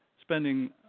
spending